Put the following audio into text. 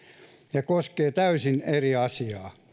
ja koskee täysin eri asiaa